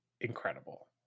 incredible